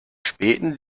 späten